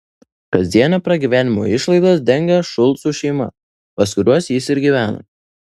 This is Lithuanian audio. kasdienio pragyvenimo išlaidas dengė šulcų šeima pas kuriuos jis ir gyveno